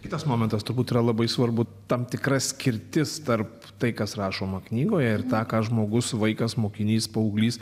kitas momentas turbūt yra labai svarbu tam tikra skirtis tarp tai kas rašoma knygoje ir tą ką žmogus vaikas mokinys paauglys